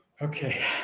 Okay